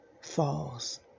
falls